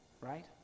right